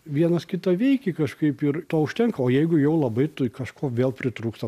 vienas kitą veiki kažkaip ir to užtenka o jeigu jau labai kažko vėl pritrūksta